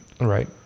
Right